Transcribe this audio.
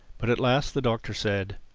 but at last the doctor said,